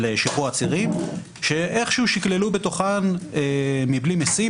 ולשחרור עצירים ששקללו בתוכן מבלי משים